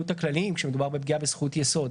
הכלליים כשמדובר בפגיעה בזכות יסוד,